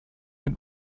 mit